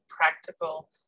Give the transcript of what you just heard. practical